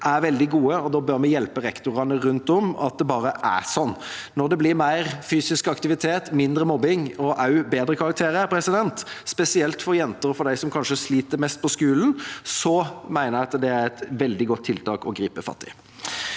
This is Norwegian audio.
er veldig gode, og da bør vi hjelpe rektorene rundt om med at det bare er sånn. Når det blir mer fysisk aktivitet, mindre mobbing og bedre karakterer – spesielt for jenter og for dem som kanskje sliter mest på skolen – mener jeg at det er et veldig godt tiltak å gripe fatt i.